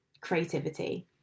creativity